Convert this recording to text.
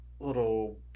little